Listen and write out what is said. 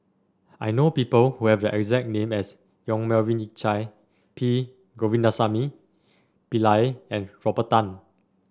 I know people who have the exact name as Yong Melvin Yik Chye P Govindasamy Pillai and Robert Tan